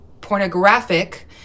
pornographic